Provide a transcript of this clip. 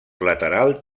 lateral